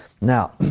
Now